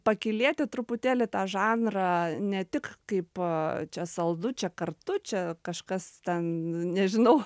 pakylėti truputėlį tą žanrą ne tik kaip čia saldu čia kartu čia kažkas ten nežinau